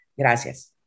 Gracias